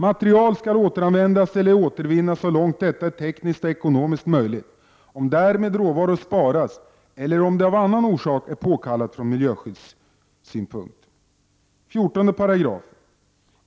Material skall återanvändas eller återvinnas så långt detta är tekniskt och ekonomiskt möjligt, om därmed råvaror sparas eller om det av annan orsak är påkallat från miljöskyddssynpunkt. 14§.